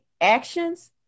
actions